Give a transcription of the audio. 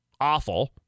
awful